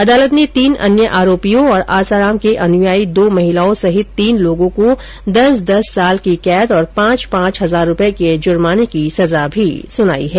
अदालत ने तीन अन्य आरोपियों और आसाराम के अनुयायी दो महिलाओं सहित तीन लोगों को दस दस साल की कैद और पांच पांच हजार रूपये के जुर्माने की सजा भी सुनाई है